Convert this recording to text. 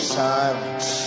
silence